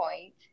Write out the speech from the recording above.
point